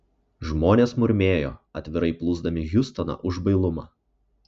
žmonės murmėjo atvirai plūsdami hiustoną už bailumą